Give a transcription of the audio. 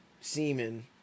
semen